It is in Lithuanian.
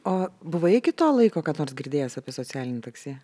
o buvai iki to laiko ką nors girdėjęs apie socialinį taksi